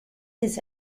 his